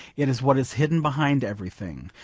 it is what is hidden behind everything.